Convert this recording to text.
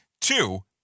two